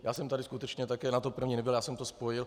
Já jsem tady skutečně také na tu první nebyl, já jsem to spojil.